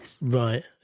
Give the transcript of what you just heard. Right